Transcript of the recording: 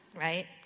Right